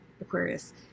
Aquarius